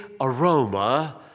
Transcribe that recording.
aroma